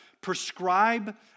prescribe